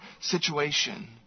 situation